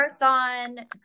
marathon